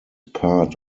part